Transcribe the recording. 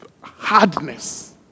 hardness